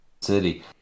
City